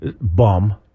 bum